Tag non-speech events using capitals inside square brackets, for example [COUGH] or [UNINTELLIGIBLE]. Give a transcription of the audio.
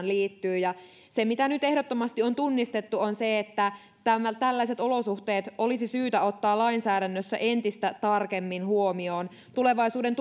[UNINTELLIGIBLE] liittyy ja se mitä nyt ehdottomasti on tunnistettu on se että tällaiset olosuhteet olisi syytä ottaa lainsäädännössä entistä tarkemmin huomioon tulevaisuuden [UNINTELLIGIBLE]